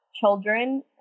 children